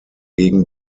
gegen